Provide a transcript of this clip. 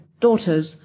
daughters